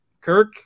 Kirk